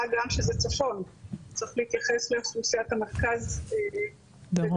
מה גם שזה צפון וצריך להתייחס לאוכלוסיית המרכז ודרומה.